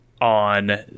on